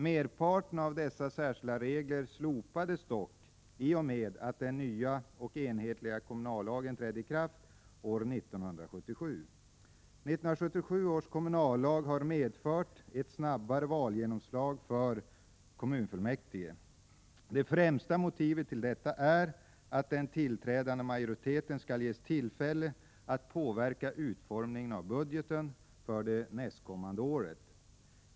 Merparten av dessa särskilda regler slopades dock i och med att den nya och enhetliga kommunallagen trädde i kraft år 1977. 1977 års kommunallag har medfört ett snabbare valgenomslag för kommunfullmäktige . Det främsta motivet till detta är att den tillträdande majoriteten skall ges tillfälle att påverka utformningen av budgeten för det nästkommande året.